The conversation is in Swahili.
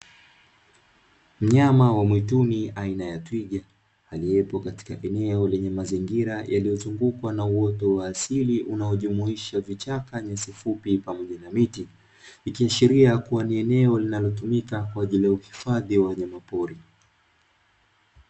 Mnyama wa mwituni aina ya twiga aliyepo katika eneo lenye mazingira yaliyozungukwa na uoto wa asili unaojumuisha vichaka, nyasi fupi pamoja na miti ikiashiria kuwa ni eneo linalotumika kwa ajili ya uhifadhi wa wanyama pori.